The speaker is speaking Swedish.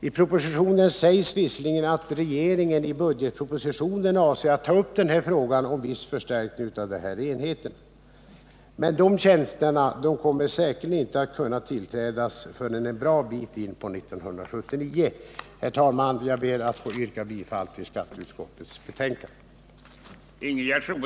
I propositionen sägs visserligen att regeringen i budgetpropositionen avser att ta upp frågan om en viss förstärkning av dessa enheter, men de tjänster som kan bli aktuella kommer säkerligen inte att kunna tillträdas förrän en bra bit in på 1979. Herr talman! Jag ber att få yrka bifall till skatteutskottets hemställan i betänkandet nr 14.